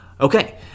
Okay